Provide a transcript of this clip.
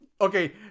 Okay